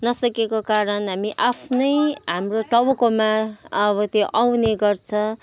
नसकेको कारण हामी आफ्नै हाम्रो टाउकोमा अब त्यो आउने गर्छ